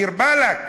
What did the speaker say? דיר באלכ.